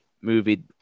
movie –